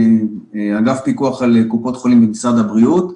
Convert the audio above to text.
אגף פיקוח על קופות חולים במשרד הבריאות.